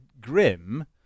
grim